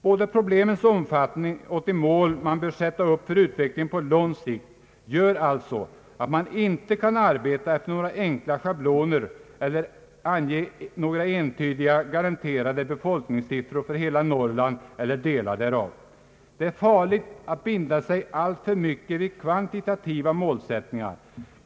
Både problemens omfattning och de mål man bör sätta upp för utvecklingen på lång sikt gör alltså att man inte kan arbeta efter några enkla schabloner eller ange några entydiga garanterade befolkningssiffror för hela Norrland eller delar därav. Det är farligt att binda sig alltför mycket vid kvantitativa målsättningar.